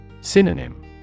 Synonym